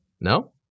No